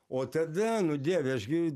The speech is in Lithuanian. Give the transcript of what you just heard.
o tada nu dieve aš gi